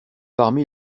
parmi